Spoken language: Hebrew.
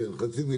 בבקשה.